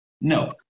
No